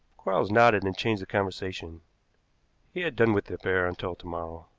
quarles nodded and changed the conversation he had done with the affair until to-morrow.